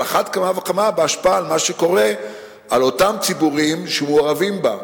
על אחת כמה וכמה בהשפעה על מה שקורה באותם ציבורים שמעורבים בה,